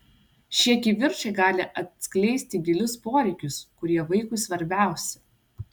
šie kivirčai gali atskleisti gilius poreikius kurie vaikui svarbiausi